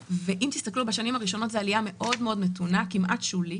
בשנים האחרונות זו עלייה מאוד מתונה, כמעט שולית,